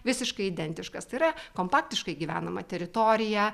visiškai identiškas tai yra kompaktiškai gyvenama teritorija